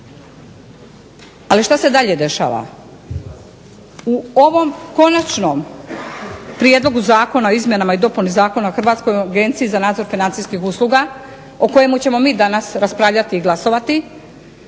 Ali što se dalje dešava? U ovom Konačnom prijedlogu Zakona o izmjenama i dopuni Zakona o Hrvatskoj agenciji za nadzor financijskih usluga o kojemu ćemo mi danas raspravljati i glasovati